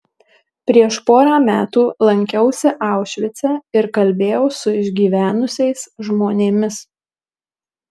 prieš porą metų lankiausi aušvice ir kalbėjau su išgyvenusiais žmonėmis